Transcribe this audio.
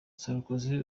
sarkozy